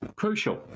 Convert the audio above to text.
crucial